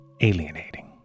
alienating